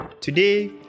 today